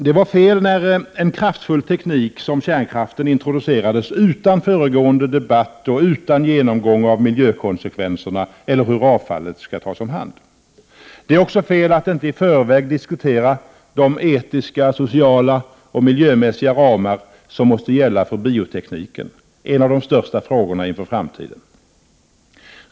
Det var fel när en kraftfull teknik som kärnkraften introducerades utan föregående debatt, utan genomgång av miljökonsekvenserna eller om hur avfallet skall tas om hand. Det är också fel att inte i förväg diskutera de etiska, sociala och miljömässiga ramar som måste gälla för biotekniken, en av de största frågorna inför framtiden.